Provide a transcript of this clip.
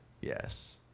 Yes